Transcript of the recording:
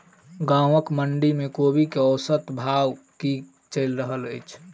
गाँवक मंडी मे कोबी केँ औसत भाव की चलि रहल अछि?